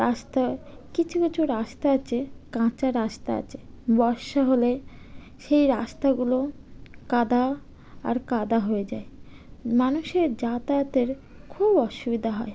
রাস্তা কিছু কিছু রাস্তা আছে কাঁচা রাস্তা আছে বর্ষা হলে সেই রাস্তাগুলো কাদা আর কাদা হয়ে যায় মানুষের যাতায়াতের খুব অসুবিধা হয়